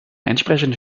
entsprechende